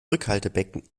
rückhaltebecken